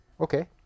Okay